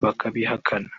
bakabihakana